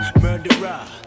Murderer